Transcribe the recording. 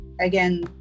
again